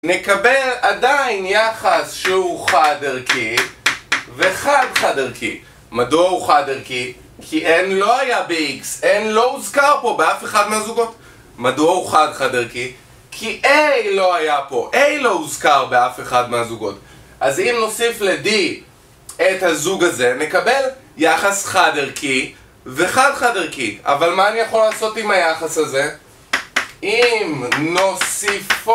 נקבל עדיין יחס שהוא חד-ערכי וחד-חד-ערכי. מדוע הוא חד-דרכי? כי n לא היה ב-x, n לא הוזכר פה, באף אחד מהזוגות. מדוע הוא חד-חד-דרכי? כי a לא היה פה, a לא הוזכר באף אחד מהזוגות, אז אם נוסיף ל-d את הזוג הזה נקבל יחס חד-ערכי וחד-חד-ערכי אבל מה אני יכול לעשות עם היחס הזה? אם נוסיפו...